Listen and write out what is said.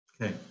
Okay